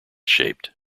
shaped